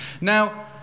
now